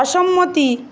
অসম্মতি